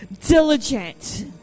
diligent